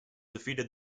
defeated